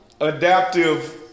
adaptive